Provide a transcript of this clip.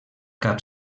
cap